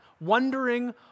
wondering